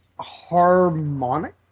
Harmonic